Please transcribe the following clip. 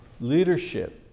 leadership